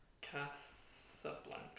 Casablanca